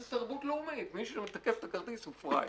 זה סרבנות לאומית מי שמתקף את הכרטיס הוא פרייר.